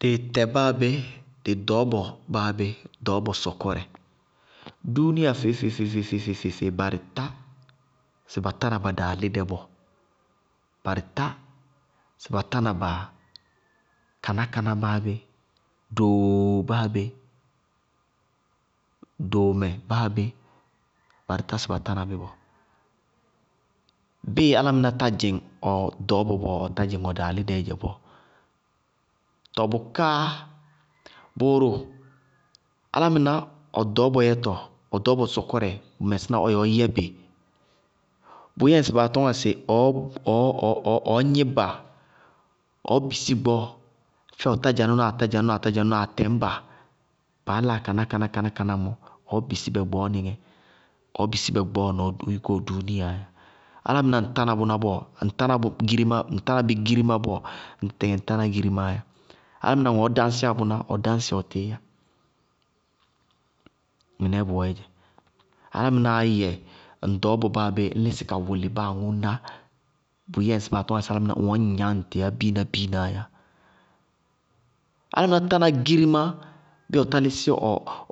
Dɩɩtɛ báa bé, dɩ ɖɔɔbɔ báa bé, dɩ ɖɔɔbɔ sɔkɔrɛ, dúúnia, feé-feé barɩ tá sɩ ba tána ba daalídɛ bɔɔ. Barɩ tá sɩ ba tána kaná-kaná báabé, dooo báabé, doomɛ báabé, barɩ tá sɩ ba tána bí bɔɔ. Bɩɩ álámɩná tá dzɩŋ ɔ ɖɔɔbɔ bɔɔ, ɔtá dzɩŋ ɔ daalídɛɛ dzɛ bɔɔ. Tɔɔ bʋká bʋʋrʋ, álámɩná ɔ ɖɔɔbɔ yɛtɔ, ʋ ɖɔɔbɔ sɔkɔrɛ, bʋ mɛsɩna ɔ yɛ ɔɔyɛbɩ. Bʋyɛ ŋsɩbɔɔ baa tʋñŋa sɩ ɔɔ gníba, ɔɔ bisí gbɔɔ fɛ ɔɔtádzanʋnáa atádzanʋnáa atádzanʋnáa stɛñba baá láa kaná-kaná mɔɔ, ɔɔ bisí bɛ gbɔɔnɩŋɛ, ɔɔ bisí bɛ gbɔɔ na ɔ yúkú ɔ dúúnia. Álámɩná ŋ tána bʋná bɔɔ, ŋ tána bí girimá bɔɔ, ŋ tɩɩtɩŋɛ ŋ tána girimáá yá. Álámɩná ŋɔɔ dáñsɩyá bʋná, ʋ dáñsɩ ɔtɩɩyá. Mɩnɛɛ bʋwɛɛdzɛ. Álámɩnáá yɛ ŋ ɖɔɔbɔ báabé, ñ lísí ka wʋlɩ báa aŋʋʋ ná, bʋyɛ ŋsɩ baa tɔñŋa sɩ álámɩná ŋ wɛ ŋñgnañ ŋtɩ bíína-bíínaáyá. Álámɩná tána girimá bɩɩ ɔtá lísí